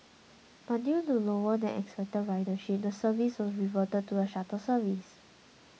but due to lower than expected ridership the service was reverted to a shuttle service